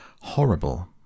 horrible